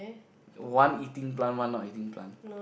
one eating plant one not eating plant